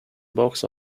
box